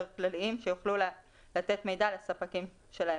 כלליים שיוכלו לתת מידע לספקים שלהם.